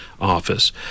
Office